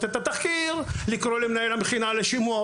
את התחקיר ולקרוא למנהל המכינה לשימוע,